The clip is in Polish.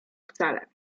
wcale